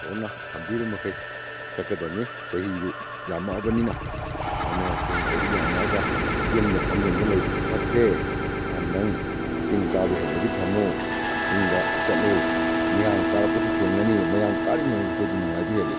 ꯏꯁꯣꯔꯅ ꯊꯝꯕꯤꯔꯤ ꯃꯈꯩ ꯆꯠꯀꯗꯝꯅꯤ ꯆꯍꯤꯁꯨ ꯌꯥꯝꯃꯛꯑꯕꯅꯤꯅ ꯑꯗꯨꯅ ꯑꯩꯈꯣꯏ ꯆꯍꯤ ꯌꯥꯝꯃꯛꯑꯒ ꯌꯨꯝꯗ ꯐꯝꯖꯟꯗꯅ ꯂꯩꯕꯁꯤ ꯐꯠꯇꯦ ꯑꯍꯟ ꯅꯪ ꯆꯤꯡ ꯀꯥꯕꯩ ꯍꯩꯅꯕꯤ ꯊꯤꯎ ꯆꯤꯡꯗ ꯆꯠꯂꯨ ꯃꯤꯌꯥꯝ ꯀꯥꯔꯛꯄꯁꯨ ꯊꯦꯡꯅꯅꯤ ꯃꯌꯥꯝ ꯀꯥꯔꯤꯉꯩ ꯑꯩꯈꯣꯏꯗꯤ ꯅꯨꯡꯉꯥꯏꯕ ꯍꯦꯜꯂꯤ